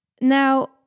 Now